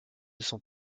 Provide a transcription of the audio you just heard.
sont